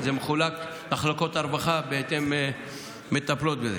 מחלקות הרווחה מטפלות בזה